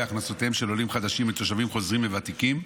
הכנסותיהם של עולים חדשים ותושבים חוזרים ותיקים.